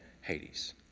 Hades